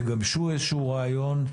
תגבשו איזשהו רעיון,